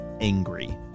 angry